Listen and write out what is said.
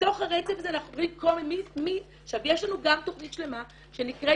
בתוך הרצף הזה אנחנו --- יש לנו גם תכנית שלמה שנקראת